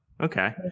Okay